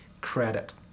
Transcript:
credit